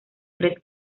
tres